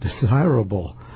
desirable